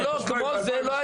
לא, כמו זה לא היה.